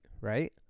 right